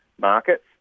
markets